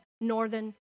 northern